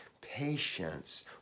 patience